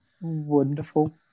Wonderful